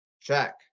Check